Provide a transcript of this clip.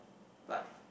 but